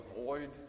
avoid